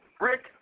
Rick